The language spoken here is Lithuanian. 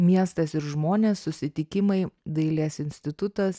miestas ir žmonės susitikimai dailės institutas